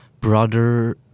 brother